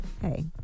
hey